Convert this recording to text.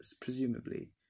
presumably